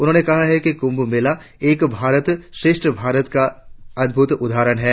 उन्होंने कहा कि कुंभ मेला एक भारत श्रेष्ठ भारत का अद्भुत उदाहरण है